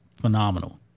phenomenal